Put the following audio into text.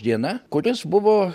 diena kuris buvo